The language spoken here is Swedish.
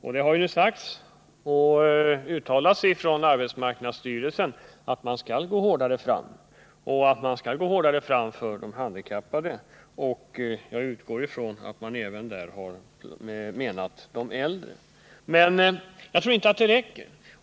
Arbetsmarknadsstyrelsen har uttalat att man skall gå hårdare fram för att ge de handikappade jobb. Jag utgår ifrån att man har menat även de äldre. Men jag tror inte att det räcker.